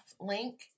link